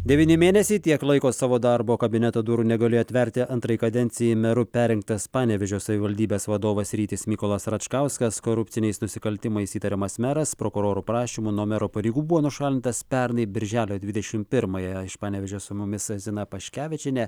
devyni mėnesiai tiek laiko savo darbo kabineto durų negalėjo tverti antrai kadencijai meru perrinktas panevėžio savivaldybės vadovas rytis mykolas račkauskas korupciniais nusikaltimais įtariamas meras prokurorų prašymu nuo mero pareigų buvo nušalintas pernai birželio dvidešim pirmąją iš panevėžio su mumis zina paškevičienė